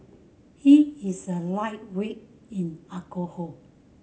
he is a lightweight in alcohol